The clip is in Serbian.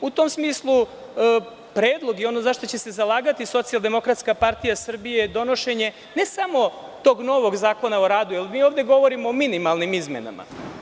U tom smislu predlog je ono za šta će se zalagati Socijaldemokratska partija Srbije je donošenje ne samo tog novog Zakona o radu, jer mi ovde govorimo o minimalnim izmenama.